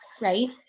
Right